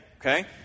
okay